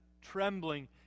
trembling